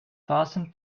fasten